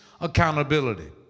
accountability